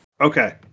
okay